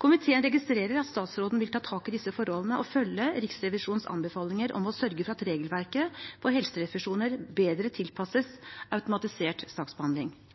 Komiteen registrerer at statsråden vil ta tak i disse forholdene og følge Riksrevisjonens anbefalinger om å sørge for at regelverket for helserefusjoner bedre tilpasses automatisert saksbehandling.